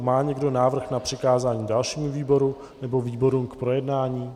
Má někdo návrh na přikázání dalšímu výboru, nebo výborům k projednání?